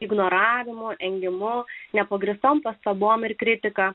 ignoravimo engimo nepagrįstom pastabom ir kritika